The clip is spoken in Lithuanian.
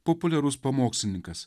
populiarus pamokslininkas